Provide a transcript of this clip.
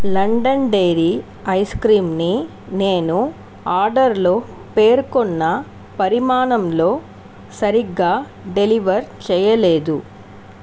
London Dairy ice క్రీంని నేను ఆర్డర్లో పేర్కొన్న పరిమాణంలో సరిగ్గా డెలివర్ చేయలేదు